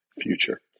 future